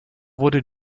wurde